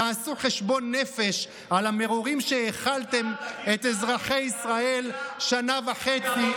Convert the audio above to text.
תעשו חשבון נפש על המרורים שהאכלתם את אזרחי ישראל שנה וחצי,